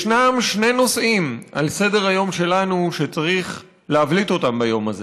ישנם שני נושאים על סדר-היום שלנו שצריך להבליט אותם ביום הזה.